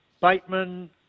Bateman